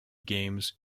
games